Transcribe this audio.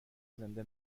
زنده